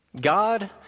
God